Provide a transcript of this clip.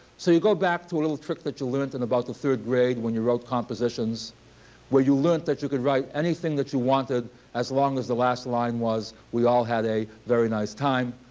so you go back to a little trick that you learned in about the third grade when you wrote compositions where you learned that you could write anything that you wanted as long as the last line was, we all had a very nice time.